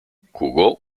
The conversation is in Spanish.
jugó